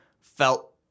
felt